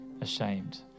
ashamed